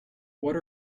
what